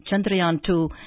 Chandrayaan-2